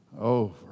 over